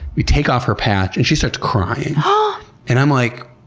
we take off her patch and she starts crying and and i'm like,